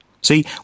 See